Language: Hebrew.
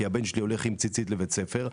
כי בני הולך עם ציצית לבית ספר.